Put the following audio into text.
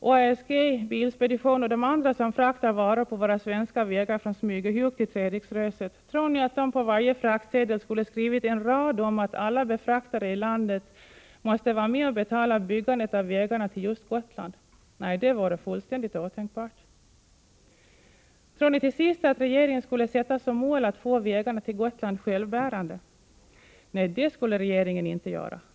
Och ASG, Bilspedition och de andra som fraktar varor på våra svenska vägar från Smygehuk till Treriksröset, tror ni att de på varje fraktsedel skulle skrivit en rad om att alla befraktare i landet måste vara med och betala byggandet av vägarna till just Gotland? Nej, det vore fullständigt otänkbart. Tror ni till sist att regeringen skulle sätta som mål att få vägarna till Gotland självbärande? Nej, det skulle regeringen inte göra.